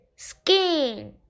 Skin